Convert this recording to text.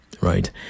right